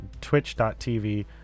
twitch.tv